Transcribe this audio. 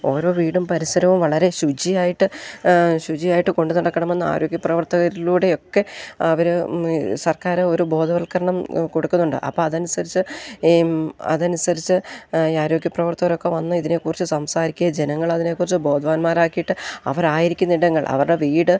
ഓരോ വീടും പരിസരവും വളരെ ശുചിയായിട്ട് ശുചിയായിട്ട് കൊണ്ടു നടക്കണമെന്ന് ആരോഗ്യ പ്രവർത്തകരിലൂടെയൊക്കെ അവർ സർക്കാർ ഒരു ബോധവൽക്കരണം കൊടുക്കുന്നുണ്ട് അപ്പം അതനുസരിച്ച് അതനുസരിച്ച് ആരോഗ്യ പ്രവർത്തകരൊക്കെ വന്ന് ഇതിനെക്കുറിച്ച് സംസാരിക്കുക ജനങ്ങളതിനെക്കുറിച്ച് ബോധവാന്മാരാക്കിയിട്ട് അവരായിരിക്കുന്നിടങ്ങൾ അവരുടെ വീട്